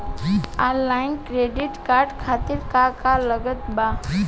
Online credit card खातिर का का लागत बा?